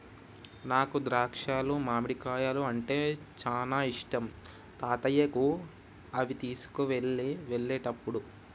నాకు ద్రాక్షాలు మామిడికాయలు అంటే చానా ఇష్టం తాతయ్యకు అవి తీసుకువెళ్ళు వెళ్ళేటప్పుడు